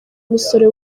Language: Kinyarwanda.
umusore